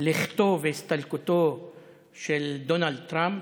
שלכתוב "הסתלקותו של דונלד טראמפ"